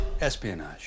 Espionage